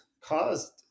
caused